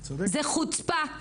זו חוצפה.